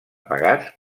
pagats